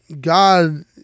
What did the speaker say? God